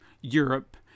europe